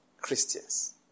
Christians